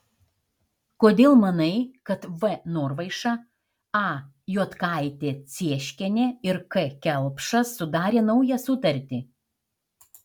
kodėl manai kad v norvaiša a juodkaitė cieškienė ir k kelpšas sudarė naują sutartį